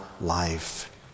life